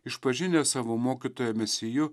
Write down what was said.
išpažinęs savo mokytoją mesiju